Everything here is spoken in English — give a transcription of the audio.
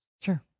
Sure